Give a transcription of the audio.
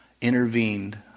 intervened